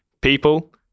People